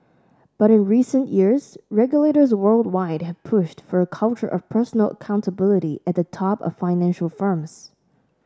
but in recent years regulators worldwide have pushed for a culture of personal accountability at the top of financial firms